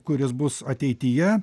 kuris bus ateityje